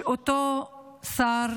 שאותו שר